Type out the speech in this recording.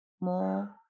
more